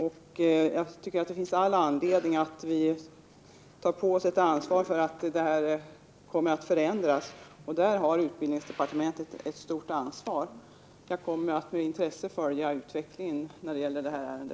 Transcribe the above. Jag tycker det finns all anledning att ta på oss ett ansvar för att det här kommer att förändras. Utbildningsdepartementet har därvid ett stort ansvar. Jag kommer att med intresse följa utvecklingen i detta ärende.